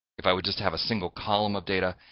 if i would just have a single column of data,